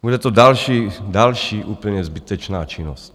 Bude to další, další úplně zbytečná činnost.